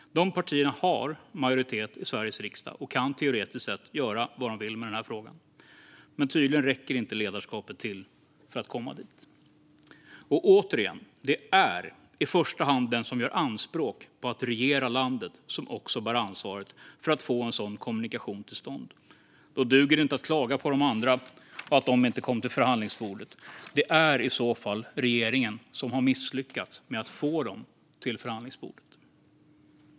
De partierna har majoritet i Sveriges riksdag och kan teoretiskt sett göra vad de vill med denna fråga. Men tydligen räcker inte ledarskapet till för att komma dit. Återigen - det är i första hand den som gör anspråk på att regera landet som bär ansvaret för att få en sådan kommunikation till stånd. Då duger det inte att klaga på att de andra inte kom till förhandlingsbordet. Det är i så fall regeringen som har misslyckats med att få dem att komma till förhandlingsbordet.